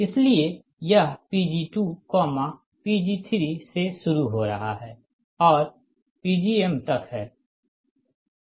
इसलिए यह Pg2Pg3 से शुरू हो रहा है और Pgm तक हैं